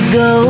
go